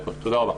תודה רבה.